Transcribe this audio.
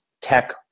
tech